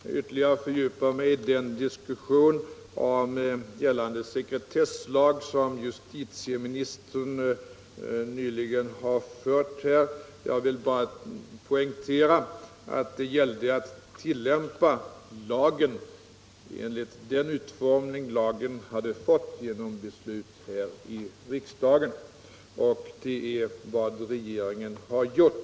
Herr talman! Jag vill bara göra ett par tillägg. Jag skall inte ytterligare fördjupa mig i den diskussion om gällande sekretesslag som justitieministern nyligen har fört. Jag vill bara poängtera att det gällde att tillämpa lagen i den utformning den fått genom beslut här i riksdagen. Och det är vad regeringen har gjort.